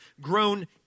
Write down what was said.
grown